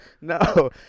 no